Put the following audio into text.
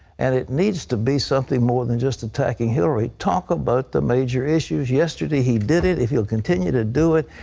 and it needs to be something more than just attacking hillary. talk about the major issues. yesterday he did it. if he'll continue to do it,